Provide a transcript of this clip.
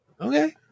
Okay